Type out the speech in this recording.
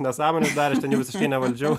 nesąmones darė aš ten jau visiškai nevaldžiau